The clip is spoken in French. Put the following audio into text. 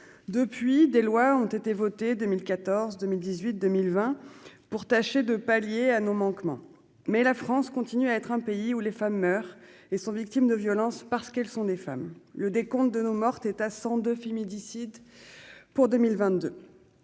Depuis lors, des lois ont été votées en 2014, 2018 et 2020 pour tâcher de pallier nos manquements. Mais la France continue d'être un pays où les femmes meurent et sont victimes de violences, parce qu'elles sont des femmes. Le décompte de nos mortes est à 102 féminicides pour 2022.